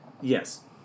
Yes